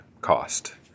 cost